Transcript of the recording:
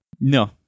No